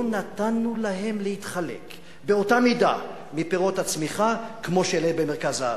לא נתנו להם להתחלק באותה מידה בפירות הצמיחה כמו לאלה במרכז הארץ.